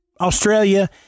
Australia